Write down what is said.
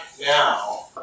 now